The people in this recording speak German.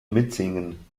mitsingen